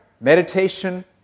meditation